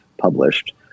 published